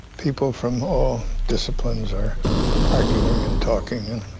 people from all disciplines are arguing and talking and